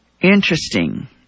Interesting